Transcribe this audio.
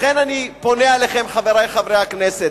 לכן אני פונה אליכם, חברי חברי הכנסת,